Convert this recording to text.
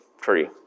Tree